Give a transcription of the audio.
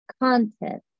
content